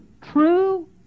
true